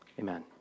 amen